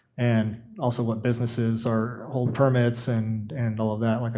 and also what businesses are old permits and and all of that. like